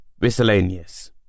Miscellaneous